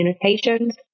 communications